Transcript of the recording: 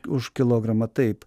už kilogramą taip